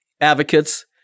advocates